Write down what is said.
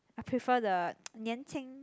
I prefer the 年轻